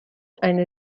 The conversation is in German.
eine